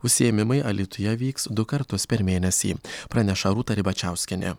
užsiėmimai alytuje vyks du kartus per mėnesį praneša rūta ribačiauskienė